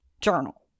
journal